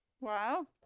Wow